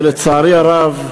ולצערי הרב,